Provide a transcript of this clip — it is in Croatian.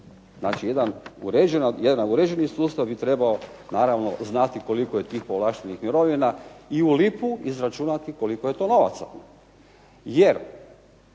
Znači jedan uređeni sustav bi trebao naravno znati koliko je tih povlaštenih mirovina i u lipu izračunati koliko je to novaca.